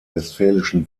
westfälischen